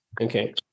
okay